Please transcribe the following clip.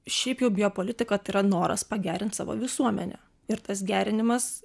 šiaip jau biopolitika tai yra noras pagerint savo visuomenę ir tas gerinimas